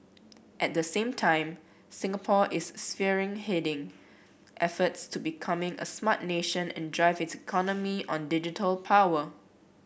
at the same time Singapore is spearheading efforts to become a Smart Nation and drive its economy on digital power